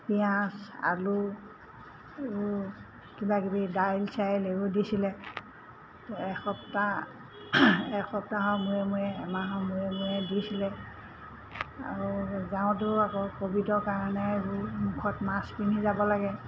পিঁয়াজ আলু এইবোৰ কিবাকিবি দাইল চাইল এইবোৰ দিছিলে এসপ্তাহ এসপ্তাহৰ মূৰে মূৰে এমাহৰ মূৰে মূৰে দিছিলে আৰু যাওঁতেও আকৌ ক'ভিডৰ কাৰণে এইবোৰ মুখত মাক্স পিন্ধি যাব লাগে